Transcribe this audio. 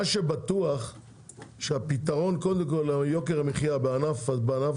מה שבטוח שהפתרון קודם כל ליוקר המחיה זה התערובת.